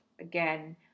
Again